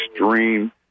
extreme